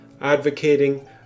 advocating